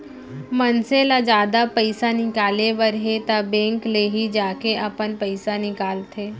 मनसे ल जादा पइसा निकाले बर हे त बेंक ले ही जाके अपन पइसा निकालंथे